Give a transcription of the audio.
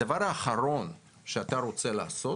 הדבר האחרון שאתה רוצה לעשות